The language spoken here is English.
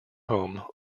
home